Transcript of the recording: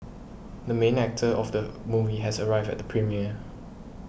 the main actor of the movie has arrived at the premiere